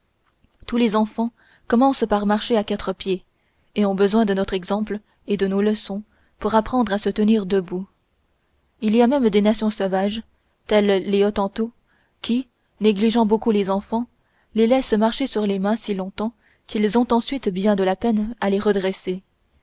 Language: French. tous les enfants commencent par marcher à quatre pieds et ont besoin de notre exemple et de nos leçons pour apprendre à se tenir debout il y a même des nations sauvages telles que les hottentots qui négligeant beaucoup les enfants les laissent marcher sur les mains si longtemps qu'ils ont ensuite bien de la peine à les redresser